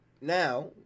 now